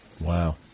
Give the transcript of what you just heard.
Wow